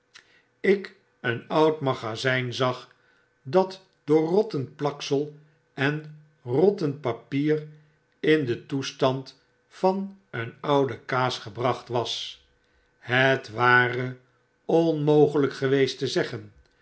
ik een oud magazyn zag dat door rottend plaksel en rottend papier in den toestand van een oude kaas gebracht was het ware onmogelyk geweest te zeggen